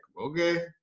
okay